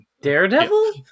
Daredevil